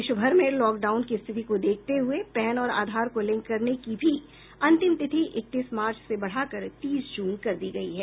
देश भर में लॉक डाउन की स्थिति को देखते हुए पैन और आधार को लिंक करने की भी अंतिम तिथि इकतीस मार्च से बढ़ाकर तीस जून कर दी गयी है